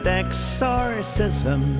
exorcism